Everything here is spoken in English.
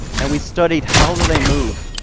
and we studied how they move,